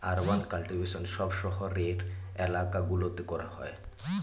urban cultivation সব শহরের এলাকা গুলোতে করা হয়